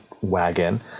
wagon